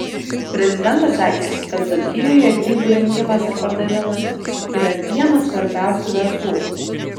prezidentas sakė kad dzūkijoje grybų rinkimas ir pardavimas yra vienas svarbiausių verslų